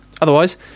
Otherwise